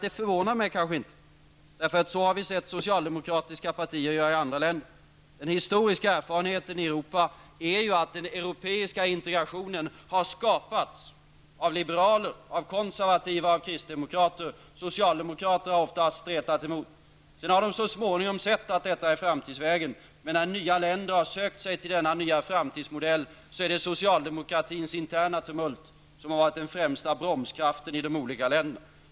Det förvånar mig egentligen inte, för så har vi sett socialdemokratiska partier göra i andra länder. Den historiska erfarenheten i Europa är ju att den europeiska integrationen har skapats av liberaler, konservativa och kristdemokrater. Socialdemokrater har ofta stretat emot. Sedan har de så småningom sett att detta är framtidsvägen. Men när nya länder har sökt sig till denna nya framtidsmodell, så är det socialdemokratins interna tumult som har varit den främsta bromskraften i de olika länderna.